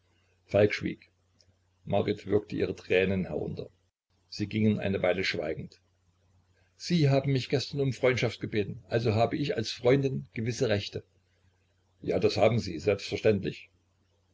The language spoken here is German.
schwieg marit würgte ihre tränen herunter so gingen sie eine weile schweigend sie haben mich gestern um freundschaft gebeten also habe ich als freundin gewisse rechte ja das haben sie selbstverständlich